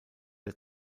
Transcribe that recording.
der